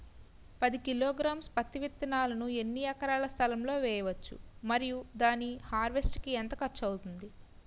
పది కిలోగ్రామ్స్ పత్తి విత్తనాలను ఎన్ని ఎకరాల స్థలం లొ వేయవచ్చు? మరియు దాని హార్వెస్ట్ కి ఎంత ఖర్చు అవుతుంది?